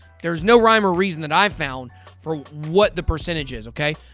there's no rhyme or reason that i found for what the percentage is, okay?